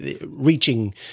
reaching